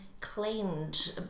claimed